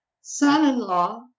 son-in-law